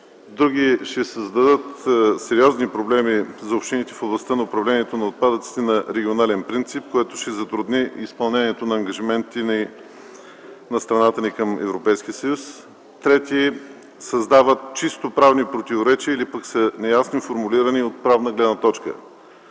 други ще създадат сериозни проблеми за общините в областта на управлението на отпадъците на регионален принцип, което ще затрудни изпълнението на ангажиментите на страната ни към Европейския съюз, трети създават чисто правни противоречия или пък са неясно формулирани от правна гледна точка.